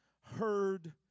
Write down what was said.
heard